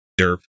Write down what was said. derp